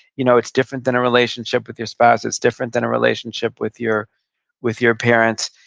you know it's different than a relationship with your spouse. it's different than a relationship with your with your parents.